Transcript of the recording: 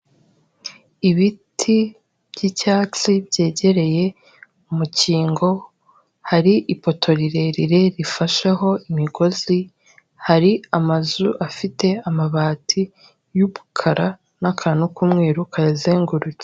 Ibiti by'icyatsi byegereye umukingo, hari ipoto rirerire rifasheho imigozi, hari amazu afite amabati y'umukara n'akantu k'umweru kayazengurutse.